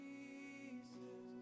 Jesus